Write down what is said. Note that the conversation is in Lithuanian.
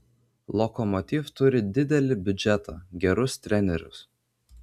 lokomotiv turi didelį biudžetą gerus trenerius